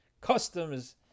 customs